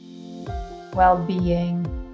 well-being